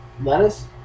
Lettuce